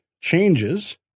changes